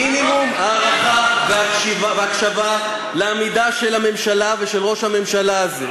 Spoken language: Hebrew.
מינימום הערכה והקשבה לעמידה של הממשלה ושל ראש הממשלה הזה.